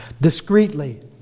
discreetly